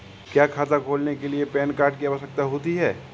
क्या खाता खोलने के लिए पैन कार्ड की आवश्यकता होती है?